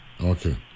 Okay